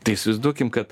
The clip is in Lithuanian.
tai įsivaizduokim kad